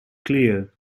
clear